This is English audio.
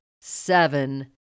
seven